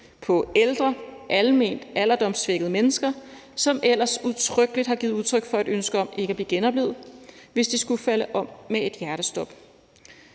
på ældre alment alderdomssvækkede mennesker, som ellers udtrykkeligt har givet udtryk for et ønske om ikke at blive genoplivet, hvis de skulle falde om med et hjertestop,